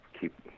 keep